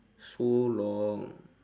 so long